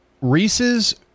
reese's